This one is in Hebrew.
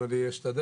אבל אני אשתדל.